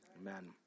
Amen